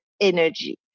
energy